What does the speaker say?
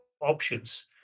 options